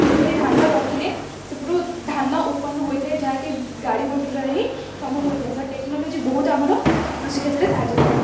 ଯେପରି ଧାନ ରଖିଲେ ସେପଟୁ ଧାନ ଉତ୍ପନ୍ନ ହେଇଥାଏ ଯାହା କି ଗାଡ଼ି ମଟରରେ ହିଁ ସମ୍ଭବ ହେଇଥାଏ ଟେକ୍ନୋଲୋଜି ବହୁତ ଆମର କୃଷି କ୍ଷେତ୍ରରେ ସାହାଯ୍ୟ କରେ